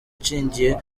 nshingiye